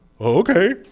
Okay